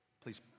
Please